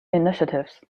initiatives